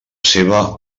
seva